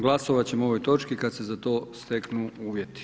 Glasovati ćemo o ovoj točki kad se za to steknu uvjeti.